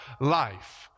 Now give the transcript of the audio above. life